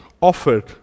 offered